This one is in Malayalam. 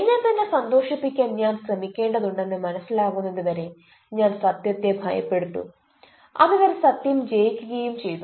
എന്നെത്തന്നെ സന്തോഷിപ്പിക്കാൻ ഞാൻ ശ്രമിക്കേണ്ടതുണ്ടെന്ന് മനസ്സിലാക്കുന്നതുവരെ ഞാൻ സത്യത്തെ ഭയപ്പെട്ടു അതുവരെ സത്യം ജയിക്കുകയും ചെയ്തു